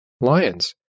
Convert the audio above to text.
lions